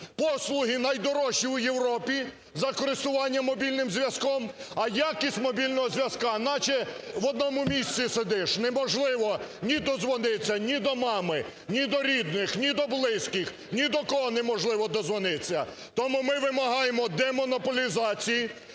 послуги найдорожчі у Європі за користування мобільним зв'язком, а якість мобільного зв'язку, наче в одному місці сидиш, неможливо ні додзвонитися ні до мами, ні до рідних, ні до близьких, ні до кого неможливо додзвонитися. Тому ми вимагаємо демонополізації,